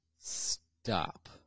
Stop